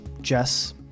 Jess